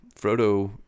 Frodo